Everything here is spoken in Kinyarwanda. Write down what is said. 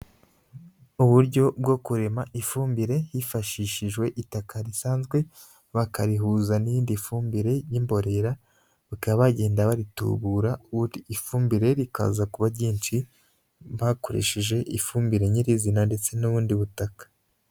Uburyo bwo kurema ifumbire hifashishijwe itaka risanzwe, bakarihuza n'iyindi fumbire y'imborera, bakaba bagenda baritubura ubundi ifumbire rikaza kuba ryinshi, bakoresherije ifumbire nyirizina ndetse n'ubundi butaka.